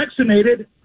vaccinated